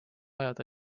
ajada